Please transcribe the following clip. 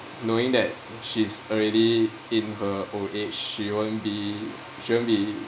knowing that she's already in her old age she won't be she won't be